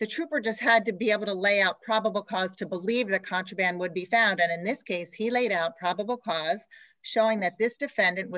the trooper just had to be able to lay out probable cause to believe that contraband would be found out in this case he laid out probable cause showing that this defend